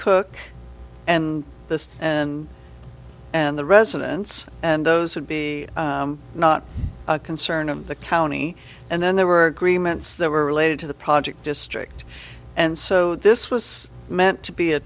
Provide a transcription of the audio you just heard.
cook and the and and the residents and those who'd be not a concern of the county and then there were agreements that were related to the project district and so this was meant to be a